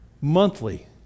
Monthly